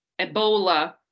Ebola